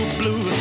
blue